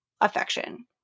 affection